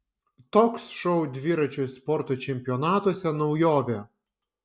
toks šou dviračio sporto čempionatuose naujovė